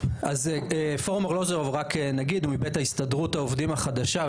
פורום ׳ארלוזורוב׳, הוא הסתדרות העובדים החדשה.